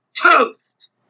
toast